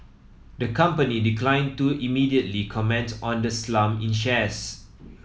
the company declined to immediately comment on the slump in shares